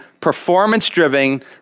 performance-driven